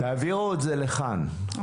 תעבירו את זה לכאן,